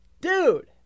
Dude